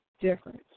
difference